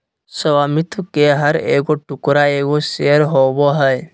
स्वामित्व के हर एगो टुकड़ा एगो शेयर होबो हइ